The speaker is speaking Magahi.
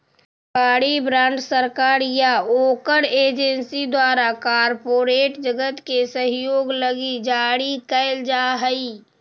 सरकारी बॉन्ड सरकार या ओकर एजेंसी द्वारा कॉरपोरेट जगत के सहयोग लगी जारी कैल जा हई